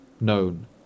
known